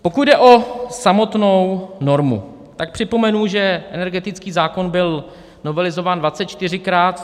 Pokud jde o samotnou normu, tak připomenu, že energetický zákon byl novelizován 24krát.